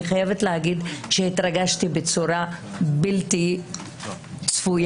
אני חייבת להגיד שהתרגשתי בצורה בלתי צפויה,